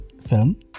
film